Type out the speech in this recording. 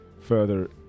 further